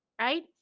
right